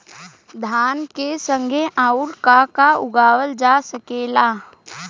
धान के संगे आऊर का का उगावल जा सकेला?